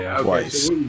twice